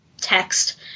text